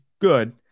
good